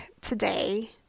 today